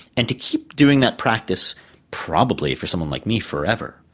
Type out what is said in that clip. and to keep doing that practice probably, for someone like me, forever.